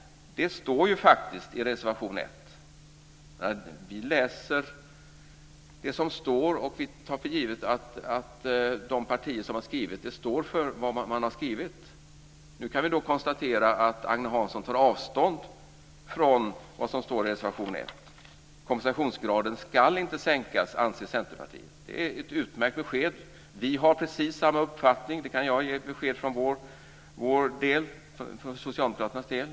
Det står faktiskt i reservation 1. Vi läser det som står, och vi tar för givet att de partier som har skrivit det står för vad de har skrivit. Nu kan vi dock konstatera att Agne Hansson tar avstånd från vad som står i reservation 1. Kompensationsgraden ska inte sänkas, anser Centerpartiet. Det är ett utmärkt besked. Vi har precis samma uppfattning. Det kan jag ge besked om för socialdemokraternas del.